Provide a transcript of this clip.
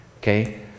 okay